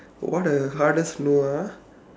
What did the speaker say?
what a hardest no ah